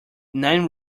nine